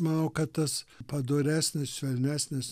manau kad tas padoresnis švelnesnis